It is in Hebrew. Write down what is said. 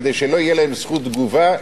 כדי שלא תהיה להם זכות תגובה.